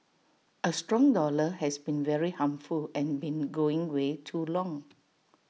A strong dollar has been very harmful and been going way too long